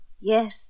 Yes